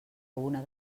una